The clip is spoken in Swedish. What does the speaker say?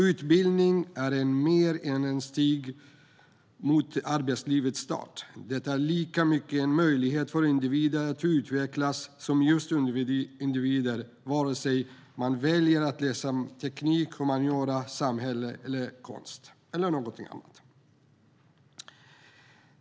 Utbildning är mer än en stig mot arbetslivets start; det är lika mycket en möjlighet för individer att utvecklas som just individer, vare sig man väljer att läsa teknik, humaniora, samhälle, konst eller någonting annat.